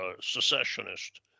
secessionist